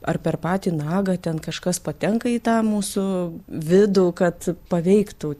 ar per patį nagą ten kažkas patenka į tą mūsų vidų kad paveiktų